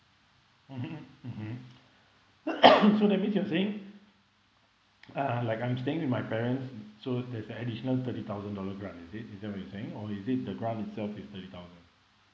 mmhmm mmhmm so that means you're staying uh like I'm staying with my parents so there's an additional thirty thousand dollars grant is it is that what you were saying or is it the grant itself is thirty thousand